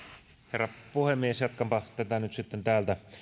herra puhemies jatkanpa tätä nyt sitten täältä